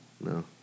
No